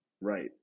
right